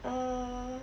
err